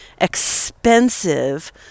expensive